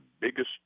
biggest